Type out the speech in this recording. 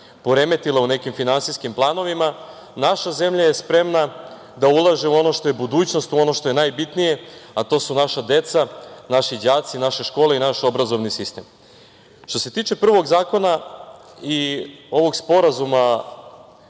poremetila u nekim finansijskim planovima naša zemlja je spremna da ulaže u ono što je budućnost, u ono što je najbitnije, a to su naša deca, naši đaci, naše škole i naš obrazovni sistem, Što se tiče prvog zakona i ovog sporazuma